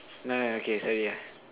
no okay sorry ah